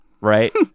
right